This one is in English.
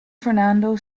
fernando